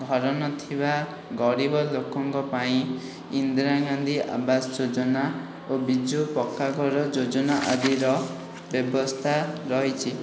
ଘର ନଥିବା ଗରିବ ଲୋକଙ୍କ ପାଇଁ ଇନ୍ଦିରାଗାନ୍ଧୀ ଆବାସ ଯୋଜନା ଓ ବିଜୁ ପକ୍କାଘର ଯୋଜନା ଆଦିର ବ୍ୟବସ୍ଥା ରହିଛି